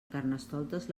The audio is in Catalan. carnestoltes